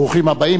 ברוכים הבאים.